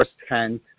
firsthand